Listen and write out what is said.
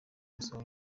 gusaba